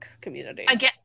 community